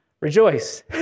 rejoice